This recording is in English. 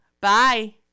Bye